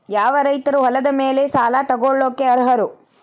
ಯಾವ ರೈತರು ಹೊಲದ ಮೇಲೆ ಸಾಲ ತಗೊಳ್ಳೋಕೆ ಅರ್ಹರು?